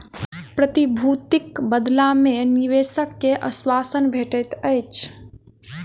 प्रतिभूतिक बदला मे निवेशक के आश्वासन भेटैत अछि